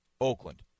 Oakland